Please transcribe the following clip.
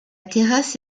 terrasse